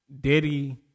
Diddy